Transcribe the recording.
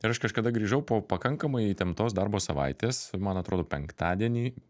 ir aš kažkada grįžau po pakankamai įtemptos darbo savaitės man atrodo penktadienį